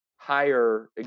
higher